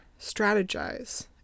Strategize